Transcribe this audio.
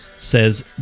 Says